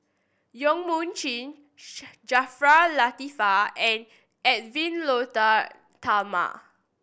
Yong Mun Chee Jaafar Latiff and Edwy Lyonet Talma